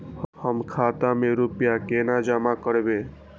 हम खाता में रूपया केना जमा करबे?